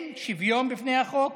כן, שוויון בפני החוק,